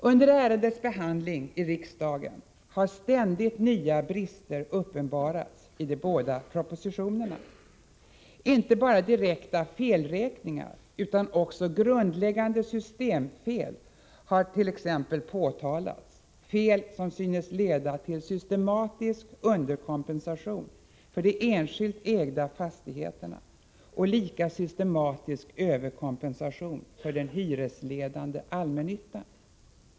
Under ärendets behandling i riksdagen har ständigt nya brister uppenbarats i de båda propositionerna. Inte bara direkta felräkningar utan också grundläggande systemfel har påtalats, fel som synes leda till systematisk underkompensation för de enskilt ägda fastigheterna och lika systematisk överkompensation för den hyresledande allmännyttan.